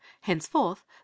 henceforth